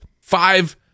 Five